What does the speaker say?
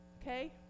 Okay